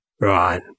Right